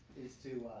is to